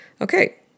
Okay